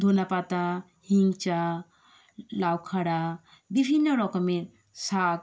ধনেপাতা হিঞ্চা লাউ খাঁড়া বিভিন্ন রকমের শাক